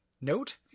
note